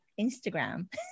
instagram